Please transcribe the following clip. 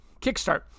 Kickstart